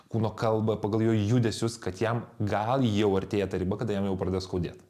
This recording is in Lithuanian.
kūno kalbą pagal jo judesius kad jam gal jau artėja ta riba kada jam jau pradeda skaudėt